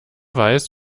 weiß